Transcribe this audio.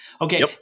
Okay